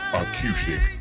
acoustic